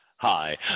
Hi